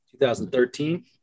2013